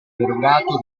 erogato